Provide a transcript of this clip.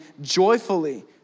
joyfully